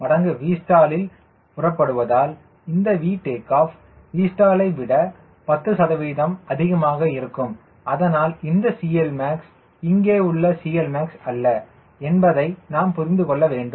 1 மடங்கு Vstall இல் புறப்படுவதால் இந்த V take off Vstall விட 10 சதவீதம் அதிகமாக இருக்கும் அதனால் இந்த CLmax இங்கே உள்ள CLmax அல்ல என்பதை நாம் புரிந்து கொள்ள வேண்டும்